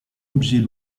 objet